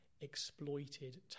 exploited